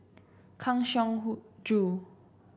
Kang Siong Hoo Joo